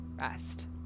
rest